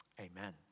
Amen